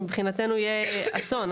מבחינתנו זה יהיה אסון.